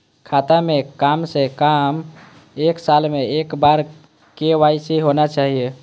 खाता में काम से कम एक साल में एक बार के.वाई.सी होना चाहि?